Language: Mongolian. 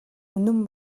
үнэн